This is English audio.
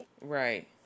Right